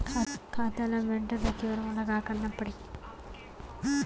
खाता ल मेनटेन रखे बर मोला का करना पड़ही?